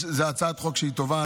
זאת הצעת חוק שהיא טובה.